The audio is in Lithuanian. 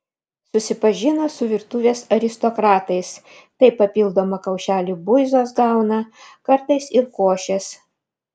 susipažino su virtuvės aristokratais tai papildomą kaušelį buizos gauna kartais ir košės